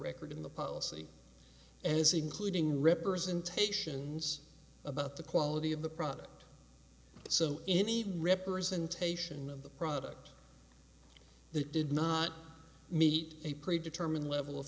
record in the policy as including representations about the quality of the product so any representation of the product that did not meet a pre determined level of